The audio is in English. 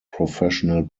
professional